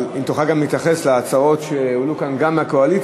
אם תוכל גם להתייחס להצעות שהועלו כאן גם מהקואליציה,